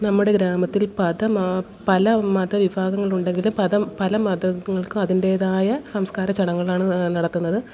നമ്മുടെ ഗ്രാമത്തില് ഇപ്പോള് അതുമാ പല മത വിഭാഗങ്ങളുണ്ടെങ്കിലും പത പല മതങ്ങൾക്കും അതിൻ്റെതായ സംസ്കാര ചടങ്ങുകളാണ് നടത്തുന്നത്